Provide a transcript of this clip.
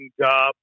job